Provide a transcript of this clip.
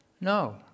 No